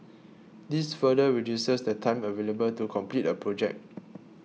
this further reduces the time available to compete a project